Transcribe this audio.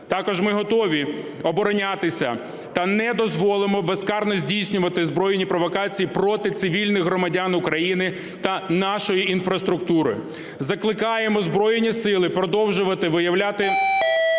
Також ми готові оборонятися та не дозволимо безкарно здійснювати збройні провокації проти цивільних громадян України та нашої інфраструктури. Закликаємо Збройні Сили продовжувати виявляти